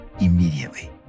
immediately